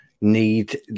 Need